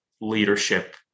leadership